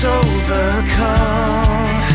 overcome